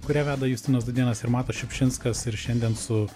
kurią veda justinas dudėnas ir matas šiupšinskas ir šiandien su